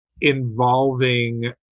involving